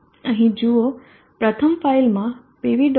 અહીં જુઓ પ્રથમ ફાઇલમાં pv